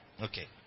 Okay